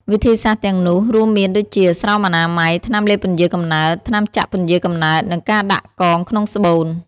វិធីសាស្ត្រទាំងនោះរួមមានដូចជា ស្រោមអនាម័យ ថ្នាំលេបពន្យារកំណើត ថ្នាំចាក់ពន្យារកំណើត និងការដាក់កងក្នុងស្បូន។